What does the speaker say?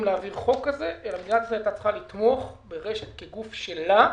להעביר חוק כזה אלא מדינת ישראל הייתה צריכה לתמוך ברש"ת כגוף שלה.